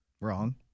Wrong